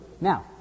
Now